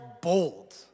bold